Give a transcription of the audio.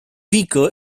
weaker